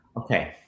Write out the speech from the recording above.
Okay